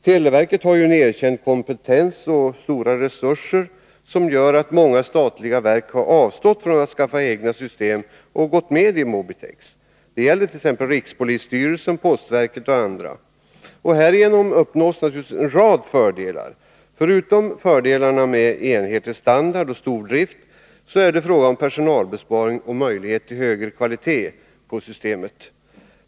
Televerket har en erkänd kompetens och stora resurser, vilket gör att många statliga verk har avstått från att skaffa egna system och gått med i Mobitex. Det gäller rikspolisstyrelsen, postverket och andra. Härigenom uppnås naturligtvis en rad fördelar. Förutom fördelarna med enhetlig standard och stordrift är det fråga om personalbesparingar och möjlighet till högre kvalitet på systemet.